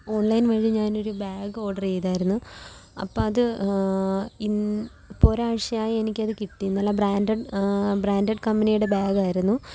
online വഴി ഞാനൊരു bag ഓഡറെയ്താരുന്നു അപ്പോള് അത് ഇപ്പോള് ഒരാഴ്ചയായി എനിക്കത് കിട്ടി നല്ല ബ്രാന്റഡ് ബ്രാന്റഡ് കമ്പനിയുടെ ബാഗായിരുന്നു